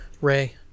Ray